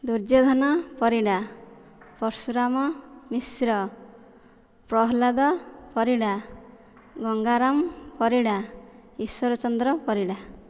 Duryodhana Parida Parshuram Mishra Prahlad Parida Gangaram Parida Ishwar Chandra Parida